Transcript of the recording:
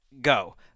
go